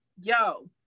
yo